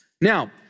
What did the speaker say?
Now